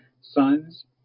sons